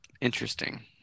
interesting